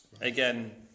Again